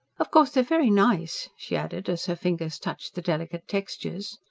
of course they're very nice, she added, as her fingers touched the delicate textures.